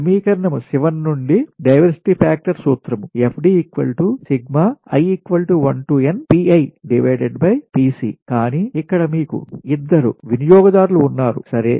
సమీకరణం 7 నుండి diversity factor సూత్రం FD i1nPiPc కానీ ఇక్కడ మీకు ఇద్దరు 2 వినియోగ దారులు ఉన్నారుసరే